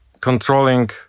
controlling